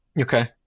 Okay